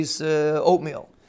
oatmeal